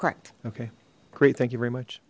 correct okay great thank you very much